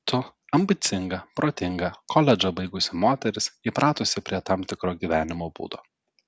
tu ambicinga protinga koledžą baigusi moteris įpratusi prie tam tikro gyvenimo būdo